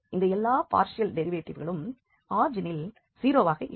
இந்த எல்லா பார்ஷியல் டெரிவேட்டிவ்களும் ஆரிஜினில் 0 வாக இருக்கும்